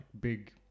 big